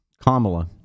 kamala